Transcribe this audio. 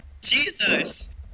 Jesus